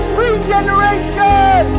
regeneration